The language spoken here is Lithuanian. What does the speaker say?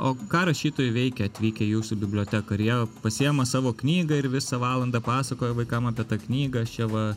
o ką rašytojai veikia atvykę į jūsų biblioteką ar jie pasiima savo knygą ir visą valandą pasakoja vaikam apie tą knygą aš čia va